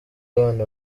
abana